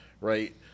right